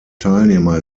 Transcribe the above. teilnehmer